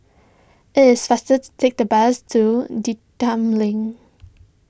it is faster to take the bus to Link